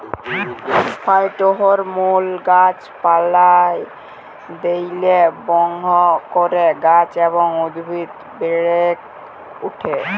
phytohormone গাছ পালায় দিইলে বহু করে গাছ এবং উদ্ভিদ বেড়েক ওঠে